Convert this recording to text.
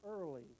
early